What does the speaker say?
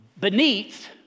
beneath